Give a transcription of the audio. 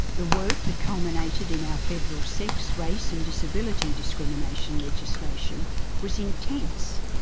the work that culminated in our federal sex, race and disability discrimination legislation was intense.